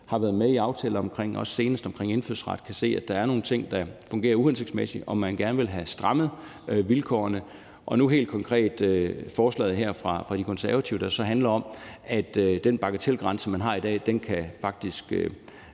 har været med i aftaler, også senest i den omkring indfødsret, kan se, at der er nogle ting, der fungerer uhensigtsmæssigt, og gerne vil have vilkårene strammet. Og nu er der helt konkret forslaget her fra De Konservative, der så handler om, at den bagatelgrænse, man har i dag, faktisk